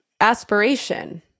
aspiration